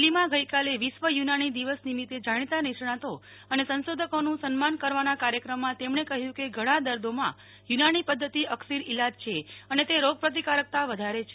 દિલ્હીમાં આજે વિશ્વ યુનાની દિવસ નિમિત્તે જાણીતા નિષ્ણાતો અને સંશોધકોનું સન્માન કરવાના કાર્યક્રમમાં તેમણે કહ્યું કે ઘણા દર્દોમાં યુનાની પદ્ધતિ અકસીર ઇલાજ છે અને તે રોગપ્રતિકારકતા વધારે છે